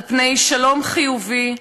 על-פני שלום חיובי,